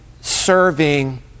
serving